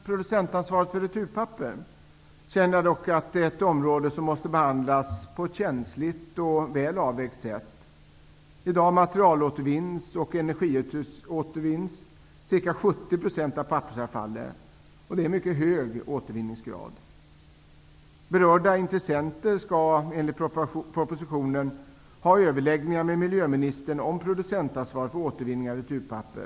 Producentansvaret för returpapper anser jag dock är ett område som måste behandlas på ett känsligt och väl avvägt sätt. I dag materialåtervinns och energiutvinns ca 70 % av pappersavfallet. Det är en mycket hög återvinningsgrad. Berörda intressenter skall, enligt propositionen, ha överläggningar med miljöministern om producentansvaret för återvinning av returpapper.